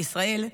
לישראל,